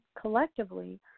collectively